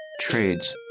Trades